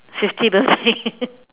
fifty don't